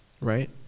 right